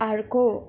अर्को